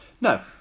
no